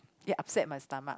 it upset my stomach